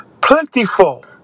plentiful